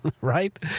Right